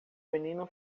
menino